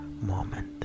moment